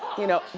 you know,